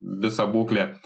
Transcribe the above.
visą būklę